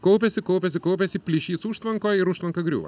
kaupiasi kaupiasi kaupiasi plyšys užtvankoj ir užtvanka griūva